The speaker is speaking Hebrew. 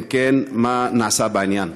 2. אם כן, מה נעשה בעניין?